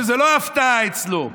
שזה לא הפתעה אצלו,